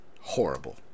horrible